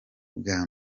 bwa